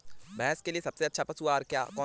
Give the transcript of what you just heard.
भैंस के लिए सबसे अच्छा पशु आहार कौन सा है?